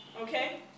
okay